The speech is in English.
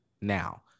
now